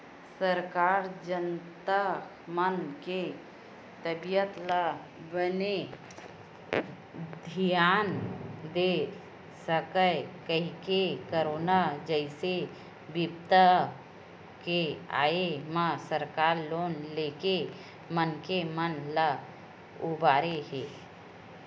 सरकार जनता मन के तबीयत ल बने धियान दे सकय कहिके करोनो जइसन बिपदा के आय म सरकार लोन लेके मनखे मन ल उबारे हे